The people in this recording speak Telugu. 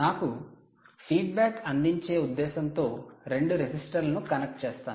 నాకు ఫీడ్బ్యాక్ అందించే ఉద్దేశ్యంతో 2 రెసిస్టర్లను కనెక్ట్ చేస్తాను